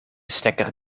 stekker